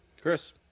Chris